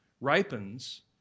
ripens